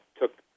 took